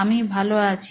আমি ভালো আছি